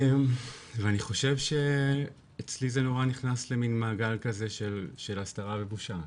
ואני חושב אצלי זה נורא נכנס למעגל כזה של הסתרה ובושה,